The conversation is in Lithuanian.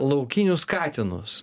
laukinius katinus